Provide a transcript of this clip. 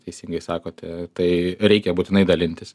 teisingai sakote tai reikia būtinai dalintis